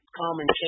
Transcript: common